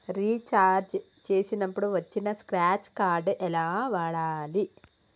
Recharge చేసినప్పుడు వచ్చిన scratch card ఎలా వాడాలి?